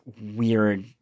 weird